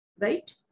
Right